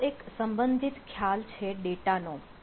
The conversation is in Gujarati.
બીજો એક સંબંધિત ખ્યાલ છે ડેટાનો